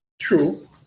true